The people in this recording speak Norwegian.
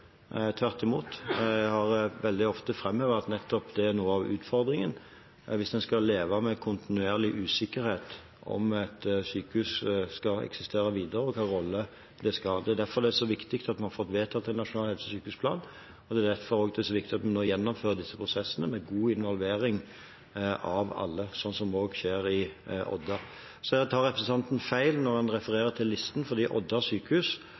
Tvert imot har jeg veldig ofte framhevet at nettopp det er noe av utfordringen, hvis en skal leve med kontinuerlig usikkerhet om et sykehus skal eksistere videre, og hvilken rolle det skal ha. Det er derfor det er så viktig at vi har fått vedtatt en nasjonal helse- og sykehusplan, og det er også derfor det er så viktig at vi nå gjennomfører disse prosessene med god involvering av alle, slik det skjer i Odda. Representanten tar feil når han refererer til listen, fordi overfor Odda sykehus